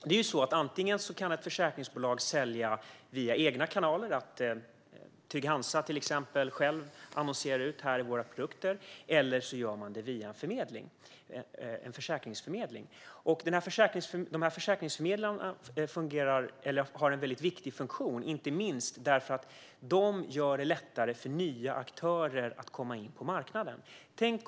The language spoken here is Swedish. Det är ju så att ett försäkringsbolag kan sälja via egna kanaler - Trygg-Hansa, till exempel, kan annonsera ut sina produkter - eller göra det via en försäkringsförmedling. Försäkringsförmedlarna har en väldigt viktig funktion, inte minst därför att de gör det lättare för nya aktörer att komma in på marknaden.